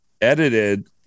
edited